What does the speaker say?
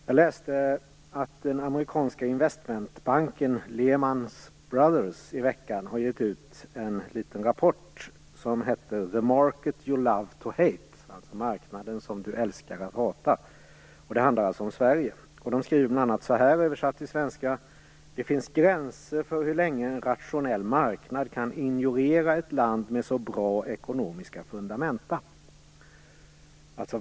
Jag läste att den amerikanska investmentbanken Lehman brothers i veckan har gett ut en liten rapport som heter The market you love to hate, alltså Marknaden du älskar att hata. Det handlar om Sverige. De skriver så här: Det finns gränser för hur länge en rationell marknad kan ignorera ett land med så bra ekonomiska fundament.